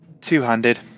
Two-handed